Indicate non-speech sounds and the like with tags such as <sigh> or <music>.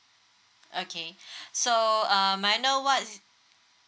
okay <breath> so uh may I know what is